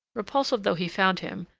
repulsive though he found him,